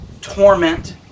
torment